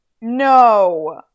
No